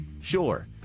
Sure